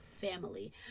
family